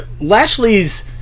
Lashley's